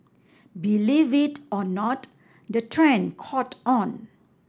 believe it or not the trend caught on